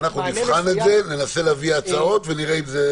אנחנו נבחן את זה, ננסה להביא הצעות ונראה אם זה